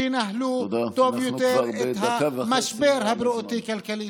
שינהלו טוב יותר את המשבר הבריאותי-כלכלי.